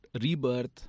rebirth